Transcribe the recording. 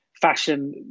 fashion